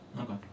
Okay